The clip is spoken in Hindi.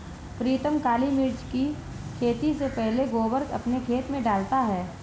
प्रीतम काली मिर्च की खेती से पहले गोबर अपने खेत में डालता है